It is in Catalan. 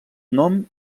nom